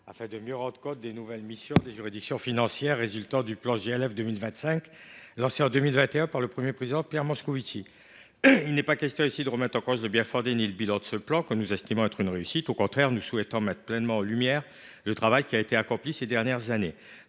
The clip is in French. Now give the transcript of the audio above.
pour mieux rendre compte des nouvelles missions des juridictions financières résultant du plan « JF 2025 », lancé en 2021 par le Premier président de la Cour des comptes, Pierre Moscovici. Il n’est pas question ici de remettre en cause le bien fondé ni le bilan de ce plan, que nous estimons être une réussite. Au contraire, nous souhaitons mettre pleinement en lumière le travail qui a été accompli ces dernières années.